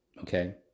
okay